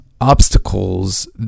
obstacles